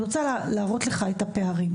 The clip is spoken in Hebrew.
אני רוצה להראות לך את הפערים.